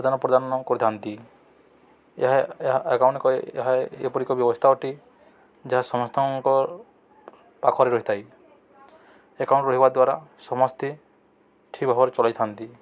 ଆଦାନ ପ୍ରଦାନ କରିଥାନ୍ତି ଏହା ଏହା ଏହା ଏକ ଏପରିି ବ୍ୟବସ୍ଥା ଅଟେ ଯାହା ସମସ୍ତଙ୍କ ପାଖରେ ରହିଥାଏ ଆକାଉଣ୍ଟ ରହିବା ଦ୍ୱାରା ସମସ୍ତେ ଠିକ୍ ଭାବରେ ଚଲାଇଥାନ୍ତି